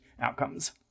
outcomes